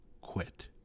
quit